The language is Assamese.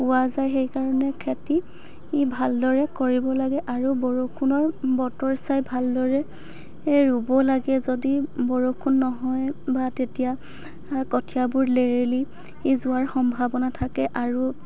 পোৱা যায় সেইকাৰণে খেতি ভালদৰে কৰিব লাগে আৰু বৰষুণৰ বতৰ চাই ভালদৰে ৰুব লাগে যদি বৰষুণ নহয় বা তেতিয়া কঠিয়াবোৰ লেৰেলি যোৱাৰ সম্ভাৱনা থাকে আৰু